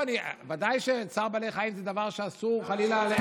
לא, ודאי שצער בעלי חיים זה דבר שאסור לפגוע,